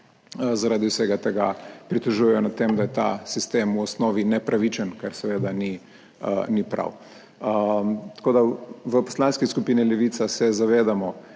zaradi vsega tega pritožujejo nad tem, da je ta sistem v osnovi nepravičen, kar seveda ni prav. Tako, da v Poslanski skupini Levica se zavedamo